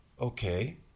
Okay